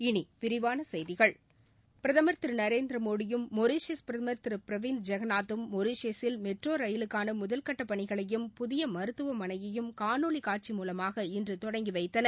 இனி விரிவான செய்கிகள் பிரதமர் திரு நரேந்திரமோடியும் மொரீஷியஸ் பிரதமர் திரு பிரவீன் ஜெகநாத்தும் மொரீஷியஸில் மெட்ரோ ரயிலுக்கான முதல்கட்டப் பணிகளையும் புதிய மருத்துவமனையையும் காணொலி காட்சி மூலமாக இன்று தொடங்கி வைத்தனர்